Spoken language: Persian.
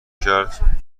کرد